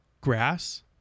grass